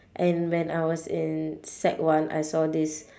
and when I was in sec one I saw this